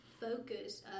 focus